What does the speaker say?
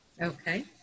Okay